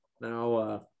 Now